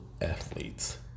athletes